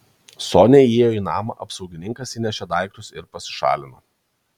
sonia įėjo į namą apsaugininkas įnešė daiktus ir pasišalino